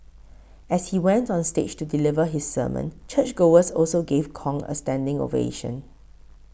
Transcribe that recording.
as he went on stage to deliver his sermon churchgoers also gave Kong a standing ovation